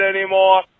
anymore